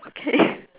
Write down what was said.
okay